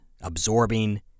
absorbing